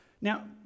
Now